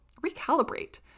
recalibrate